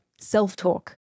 self-talk